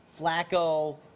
Flacco